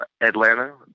Atlanta